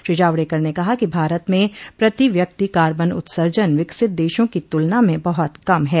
श्री जावड़ेकर ने कहा कि भारत में प्रति व्यक्ति कार्बन उत्सर्जन विकसित देशों की तुलना में बहुत कम है